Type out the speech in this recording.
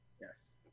Yes